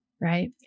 Right